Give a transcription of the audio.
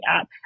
app